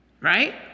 Right